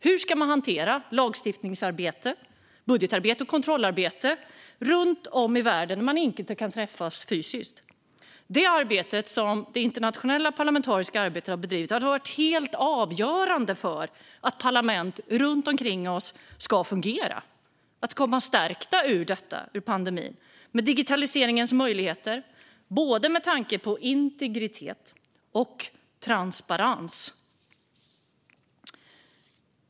Hur ska man hantera lagstiftningsarbete, budgetarbete och kontrollarbete runt om i världen när man inte kan träffas fysiskt? Det internationella parlamentariska arbetet har varit helt avgörande för att parlament runt omkring oss ska fungera, så att vi kan komma stärkta ur pandemin med digitaliseringens möjligheter med tanke på både integritet och transparens.